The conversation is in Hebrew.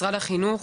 משרד החינוך,